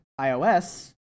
ios